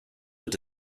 were